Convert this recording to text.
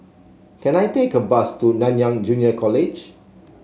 can I take a bus to Nanyang Junior College